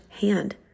hand